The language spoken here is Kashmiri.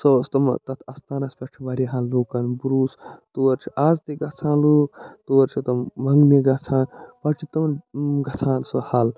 سُہ اوس تٔمہٕ تَتھ اَستانَس پٮ۪ٹھ چھِ واریاہَن لوٗکَن بروسہٕ تور چھِ آز تہِ گژھان لوٗکھ تور چھِ تِم منٛگنہِ گژھان پتہٕ چھِ تمَن گژھان سُہ حل